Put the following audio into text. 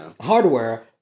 hardware